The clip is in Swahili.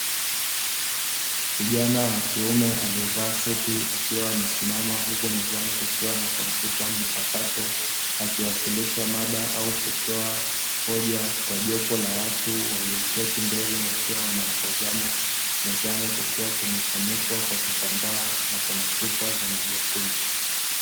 Kijana wakiume aliye vaa suti akiwa amesimamaa huku mezani kukiwa na kompyuta mpakato akiwasilisha maada au kutoa hoja kwa jopo la watu walio keti mbele wakiwa wanamtazama, Mezani kukiwa kumefunikwa kwa kitambaa nakuna chupa za maji yakunywa.